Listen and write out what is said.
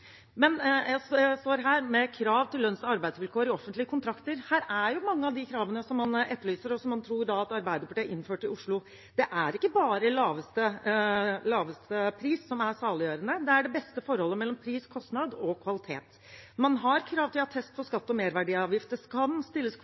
står her med krav til lønns- og arbeidsvilkår i offentlige kontrakter. Her er mange av de kravene som man etterlyser, og som man tror at Arbeiderpartiet har innført i Oslo. Det er ikke bare laveste pris som er saliggjørende, det er det beste forholdet mellom pris, kostnad og kvalitet. Man har krav til attest for skatt og merverdiavgift, og det kan stilles